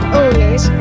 owners